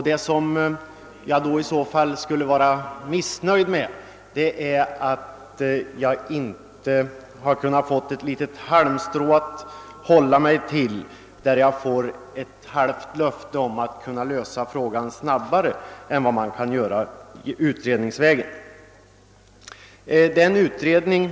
Det jag i så fall skulle vara missnöjd med är att jag inte kunnat få ett litet halmstrå att gripa tag i — åtminstone ett halvt löfte om en snabbare lösning av frågan än utredningsvägen.